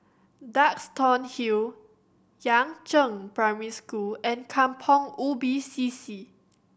Duxton Hill Yangzheng Primary School and Kampong Ubi C C